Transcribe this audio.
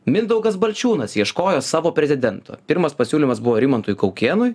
mindaugas balčiūnas ieškojo savo prezidento pirmas pasiūlymas buvo rimantui kaukėnui